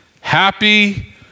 happy